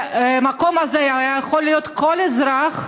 במקום הזה היה יכול להיות כל אזרח,